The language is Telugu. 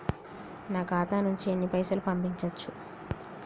నా ఖాతా నుంచి ఎన్ని పైసలు పంపించచ్చు?